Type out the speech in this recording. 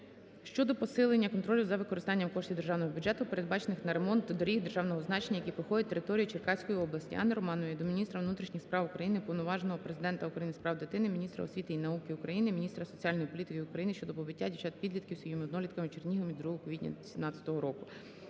щодо посилення контролю за використанням коштів державного бюджету, передбачених на ремонт доріг державного значення, які проходять територією Черкаськії області. Анни Романової до міністра внутрішніх справ України, Уповноваженого Президента України з прав дитини, міністра освіти і науки України, міністра соціальної політики України щодо побиття дівчат-підлітків своїми однолітками у Чернігові 2 квітня 2017 року.